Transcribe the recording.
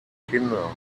kinder